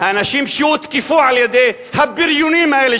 האנשים שהותקפו על-ידי הבריונים האלה,